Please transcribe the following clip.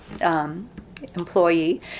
employee